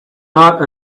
not